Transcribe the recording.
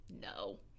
no